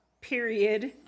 period